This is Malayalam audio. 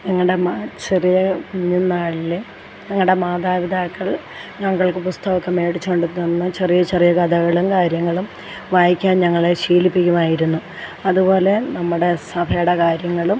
ഞങ്ങളുടെ മാ ചെറിയ കുഞ്ഞുന്നാളിൽ ഞങ്ങളുടെ മാതാപിതാക്കൾ ഞങ്ങൾക്ക് പുസ്തകമൊക്കെ മേടിച്ചു കൊണ്ട് തന്ന് ചെറിയ ചെറിയ കഥകളും കാര്യങ്ങളും വായിക്കാൻ ഞങ്ങളെ ശീലിപ്പിക്കുമായിരുന്നു അതുപോലെ നമ്മുടെ സഭയുടെ കാര്യങ്ങളും